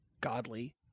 godly